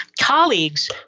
colleagues